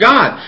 God